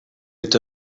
est